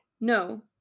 No